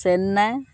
Chennai